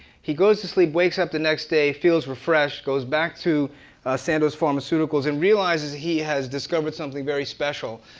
he goes to sleep, wakes up the next day, feels refreshed, goes back to sandoz pharmaceuticals and realizes he has discovered something very special.